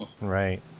right